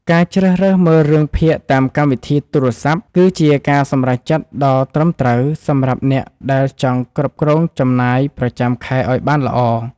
ការជ្រើសរើសមើលរឿងភាគតាមកម្មវិធីទូរស័ព្ទគឺជាការសម្រេចចិត្តដ៏ត្រឹមត្រូវសម្រាប់អ្នកដែលចង់គ្រប់គ្រងចំណាយប្រចាំខែឱ្យបានល្អ។